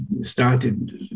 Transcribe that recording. started